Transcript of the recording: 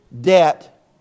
debt